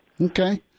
Okay